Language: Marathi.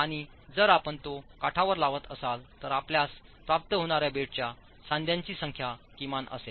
आणि जर आपण ते काठावर लावत असाल तर आपल्यास प्राप्त होणाऱ्या बेडच्या सांध्याची संख्या किमान असेल